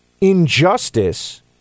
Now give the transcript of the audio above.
injustice